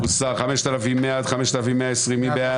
3 בעד, 8 נגד,